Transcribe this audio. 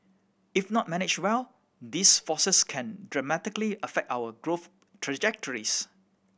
if not managed well these forces can dramatically affect our growth trajectories